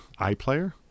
iPlayer